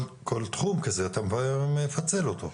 כל תחום כזה, אתה מפצל אותו.